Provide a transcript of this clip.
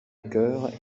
cœur